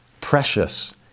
precious